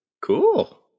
Cool